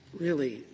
really,